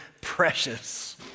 precious